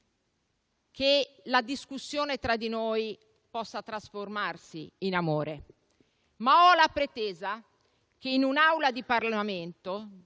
che la discussione tra di noi possa trasformarsi in amore, ma ho la pretesa che in un'Aula parlamentare,